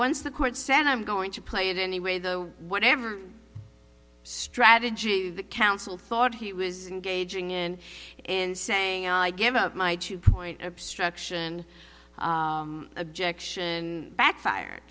once the court san i'm going to play it anyway though whatever strategy the council thought he was engaging in in saying i gave up my two point obstruction objection backfire